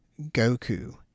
goku